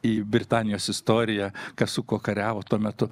į britanijos istoriją kas su kuo kariavo tuo metu